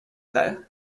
though